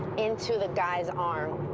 into the guy's arm,